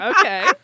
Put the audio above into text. Okay